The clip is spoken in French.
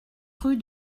rue